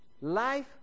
Life